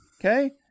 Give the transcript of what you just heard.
Okay